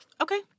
Okay